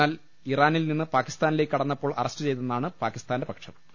എന്നാൽ ഇറാനിൽ നിന്ന് പാക്കിസ്ഥാനിലേക്ക് കടന്നപ്പോൾ അറസ്റ്റുചെയ്തെന്നാണ് പാക്കി സ്ഥാന്റെ വാദം